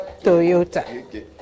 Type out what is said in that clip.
Toyota